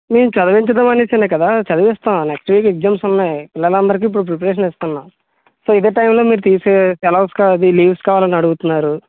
మేము చదివించడమనేససే కదా చదివిస్తాం నెక్స్ట్ వీక్ ఎక్సామ్స్ ఉన్నాయి పిల్లలందరికి ఇప్పుడు ప్రిపరేషన్ ఇస్తున్నా సో ఇదే టైం లో మీరు తీసే సెలవ్స్ కావాలి అదే లీవ్స్ కావాలి అని అడుగుతున్నారు